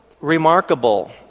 remarkable